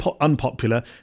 unpopular